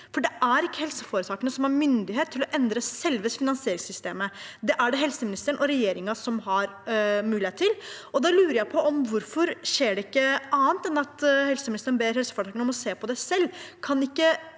for det er ikke helseforetakene som har myndighet til å endre selve finansieringssystemet. Det er det helseministeren og regjeringen som har mulighet til, og da lurer jeg på hvorfor det ikke skjer annet enn at helseministeren ber helseforetakene om å se på det selv.